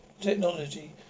technology